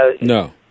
No